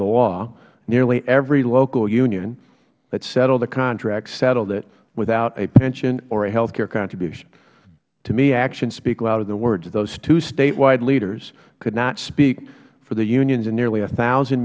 into law nearly every local union that settled the contract settled it without a pension or a health care contribution to me actions speak louder than words those two statewide leaders could not speak for the unions and nearly one thousand